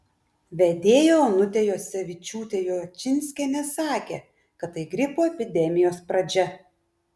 vedėja onutė juocevičiūtė juočinskienė sakė kad tai gripo epidemijos pradžia